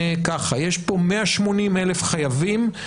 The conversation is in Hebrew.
יש פה 180,000 חייבים,